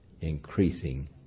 increasing